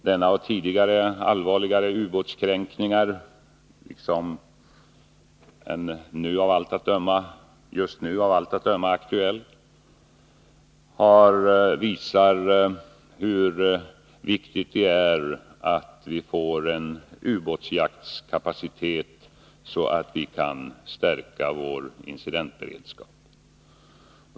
Denna och tidigare allvarligare ubåtskränkningar, liksom den som av allt att döma just nu är aktuell, visar hur viktigt det är att vi får en ubåtsjaktskapacitet, så att vi kan stärka vår incidentberedskap.